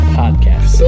podcast